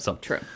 True